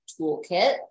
toolkit